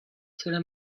cela